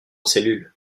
cellule